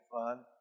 fun